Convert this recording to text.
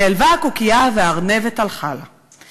נעלבה הקוקייה, והארנבת הלכה לה.